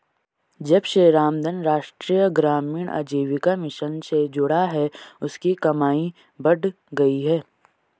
जब से रामधन राष्ट्रीय ग्रामीण आजीविका मिशन से जुड़ा है उसकी कमाई बढ़ गयी है